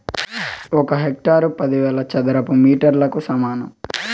ఒక హెక్టారు పదివేల చదరపు మీటర్లకు సమానం